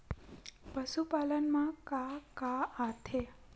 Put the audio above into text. पशुपालन मा का का आथे?